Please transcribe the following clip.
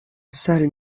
salle